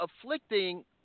afflicting